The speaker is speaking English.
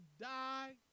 die